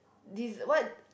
this what